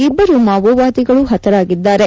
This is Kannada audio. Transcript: ಇಬ್ಬರು ಮಾವೋವಾದಿಗಳು ಹತರಾಗಿದ್ದಾರೆ